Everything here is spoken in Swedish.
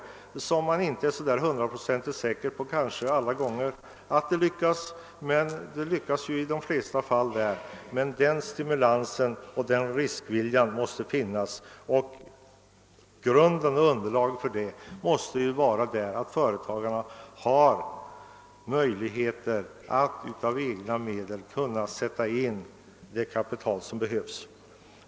Även om man lyckas i de flesta fall, kan man inte alla gånger vara hundraprocentigt säker på framgång. Viljan till risktagande måste alltså finnas, och underlaget för den måste vara att företagarna har möjlighet att av egna medel sätta in det kapital som behövs.